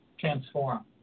transform